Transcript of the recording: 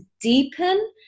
deepen